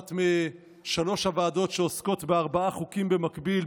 אחת משלוש הוועדות שעוסקות בארבעה חוקים במקביל,